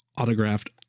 autographed